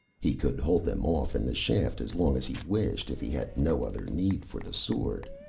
he could hold them off in the shaft as long as he wished if he had no other need for the sword.